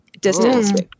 distance